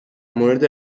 مورد